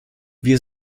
wir